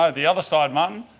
ah the other side, martin.